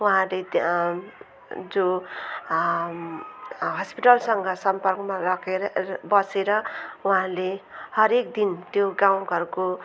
उहाँहरूले त्यहाँ जो हस्पिटलसँग सम्पर्कमा र के अरे बसेर उहाँहरूले हरेक दिन त्यो गाउँघरको